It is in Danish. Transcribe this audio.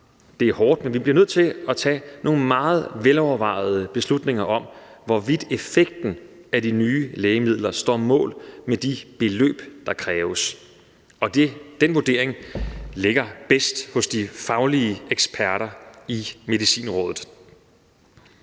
Det er hårdt, men vi bliver nødt til at tage nogle meget velovervejede beslutninger om, hvorvidt effekten af de nye lægemidler står mål med de beløb, der kræves, og den vurdering ligger bedst hos de faglige eksperter i Medicinrådet.